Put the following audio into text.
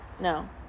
no